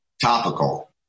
topical